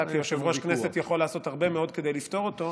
אתה כיושב-ראש הכנסת יכול לעשות הרבה מאוד כדי לפתור אותו,